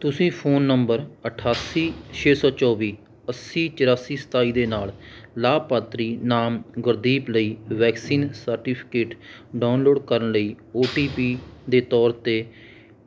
ਤੁਸੀਂ phone number ਅਠਾਸੀ ਛੇ ਸੌ ਚੌਵੀ ਅੱਸੀ ਚੁਰਾਸੀ ਸਤਾਈ ਦੇ ਨਾਲ ਲਾਭਪਾਤਰੀ ਨਾਮ ਗੁਰਦੀਪ ਲਈ ਵੈਕਸੀਨ ਸਰਟੀਫਿਕੇਟ ਡਾਊਨਲੋਡ ਕਰਨ ਲਈ ਓ ਟੀ ਪੀ ਦੇ ਤੌਰ 'ਤੇ